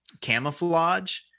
camouflage